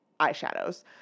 eyeshadows